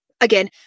again